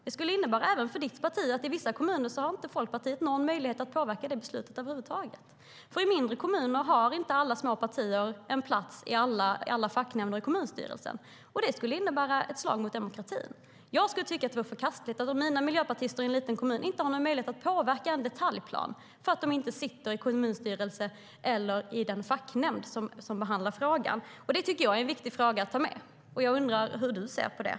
Det skulle innebära även för ditt parti, Folkpartiet, att man i vissa kommuner inte skulle ha någon möjlighet att påverka det beslutet över huvud taget. I mindre kommuner har nämligen inte alla små partier en plats i alla facknämnder och i kommunstyrelsen. Det skulle innebära ett slag mot demokratin. Jag tycker att det skulle vara förkastligt om mina partikamrater i en liten kommun inte har någon möjlighet att påverka en detaljplan för att de inte sitter i kommunstyrelsen eller i den facknämnd som behandlar frågan. Det tycker jag är en viktig fråga att ta med. Jag undrar hur du ser på det.